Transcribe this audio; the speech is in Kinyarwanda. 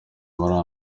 muri